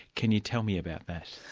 can you tell me about that?